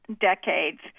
decades